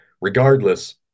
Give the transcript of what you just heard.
Regardless